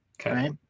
Okay